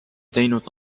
teinud